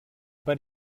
per